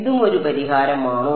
ഇതും ഒരു പരിഹാരമാണോ